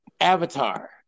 Avatar